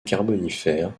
carbonifère